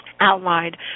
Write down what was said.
outlined